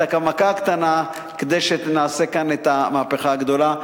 את המכה הקטנה כדי שנעשה כאן את המהפכה הגדולה.